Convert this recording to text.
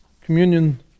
communion